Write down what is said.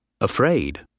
afraid